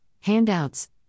handouts